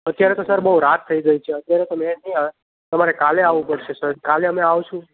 અત્યારે તો સર બહુ રાત થઈ ગઈ છે અત્યારે તો મેળ નહીં આવે તમારે કાલે આવવું પડશે સર કાલે અમે આવીશું